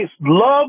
love